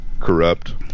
corrupt